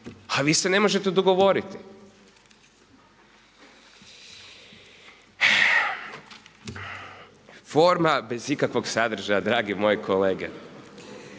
A vi se ne možete dogovoriti. Forma bez ikakvog sadržaja drage moje kolege.